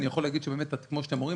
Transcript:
אני יכול להגיד שכמו שאתם רואים,